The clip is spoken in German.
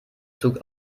zug